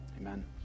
amen